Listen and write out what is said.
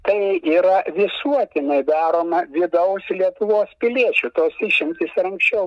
tai yra visuotinai daroma vidaus lietuvos piliečių tos išimtys ir anksčiau